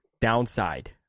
downside